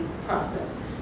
process